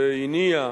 זה הניע,